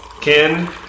Ken